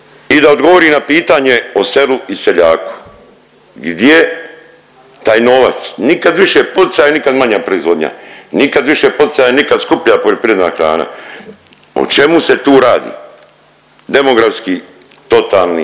i da odgovori na pitanje o selu i seljaku. Gdje taj novac, nikad više poticaja, nikad manja proizvodnja, nikad više poticaja, nikad skuplja poljoprivredna hrana. O čemu se tu radi? Demografski totalni